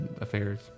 affairs